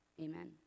Amen